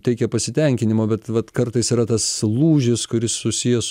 teikia pasitenkinimo bet vat kartais yra tas lūžis kuris susijęs